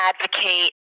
advocate